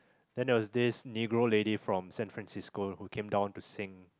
then there was this nigro lady from San Francisco who came down to sing